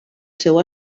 seu